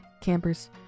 campers